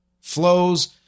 Flows